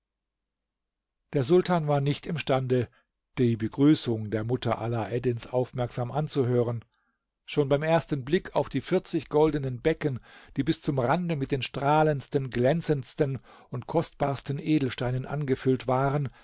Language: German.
der sultan war nicht imstande die begrüßung der mutter alaeddins aufmerksam anzuhören schon beim ersten blick auf die vierzig goldenen becken die bis zum rande mit den strahlendsten glänzendsten und kostbarsten edelsteinen angefüllt waren